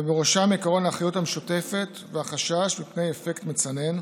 ובראשם העיקרון לאחריות המשותפת והחשש מפני אפקט מצנן,